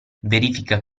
verifica